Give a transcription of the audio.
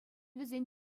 вӗсен